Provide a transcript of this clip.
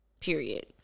Period